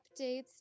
updates